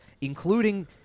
including